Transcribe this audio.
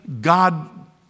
God